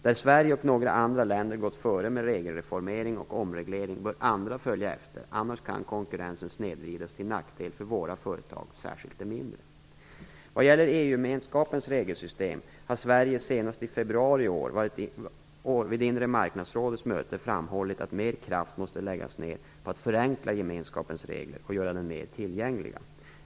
Där Sverige och några andra länder gått före med regelreformering och omreglering bör andra följa efter. Annars kan konkurrensen snedvridas till nackdel för våra företag, särskilt de mindre. Sverige senast i februari i år vid inre marknadsrådets möte framhållit att mer kraft måste läggas ned på att förenkla gemenskapens regler och göra dem mer tillgängliga.